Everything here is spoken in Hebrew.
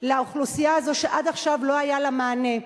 לאוכלוסייה הזאת שעד עכשיו לא היה לה מענה,